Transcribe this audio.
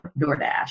DoorDash